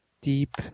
deep